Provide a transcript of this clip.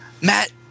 Matt